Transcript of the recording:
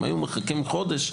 אם היו מחכים חודש,